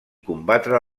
combatre